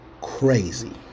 Crazy